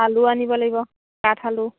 আলু আনিব লাগিব কাঠ আলু